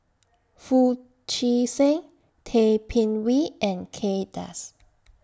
Foo Chee San Tay Bin Wee and Kay Das